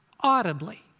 audibly